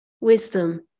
wisdom